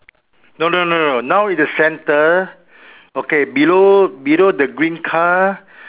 no no no no now is center okay below below the green car